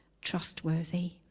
trustworthy